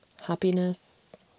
Happiness